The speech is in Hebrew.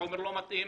אם החומר לא מתאים,